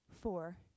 four